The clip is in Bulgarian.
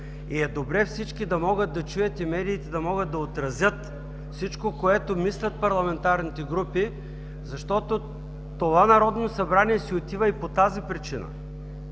и е добре всички да могат да чуят и медиите да могат да отразят всичко, което мислят парламентарните групи, защото това Народно събрание си отива и по тази причина.